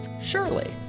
surely